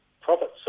profits